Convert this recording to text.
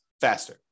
faster